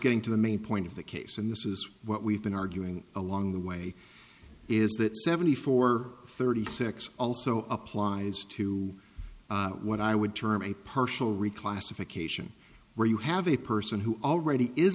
getting to the main point of the case and this is what we've been arguing along the way is that seventy four thirty six also applies to what i would term a partial reclassification where you have a person who already is